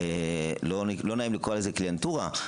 לא נעים לקרוא לזה קליינטורה,